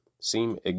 seem